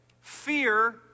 fear